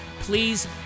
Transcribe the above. please